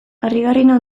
harrigarriena